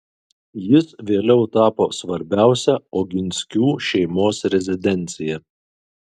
jis vėliau tapo svarbiausia oginskių šeimos rezidencija